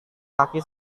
kaki